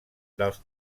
dels